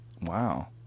Wow